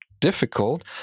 difficult